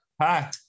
Hi